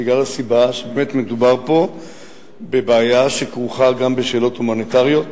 בגלל הסיבה שבאמת מדובר פה בבעיה שכרוכה גם בשאלות הומניטריות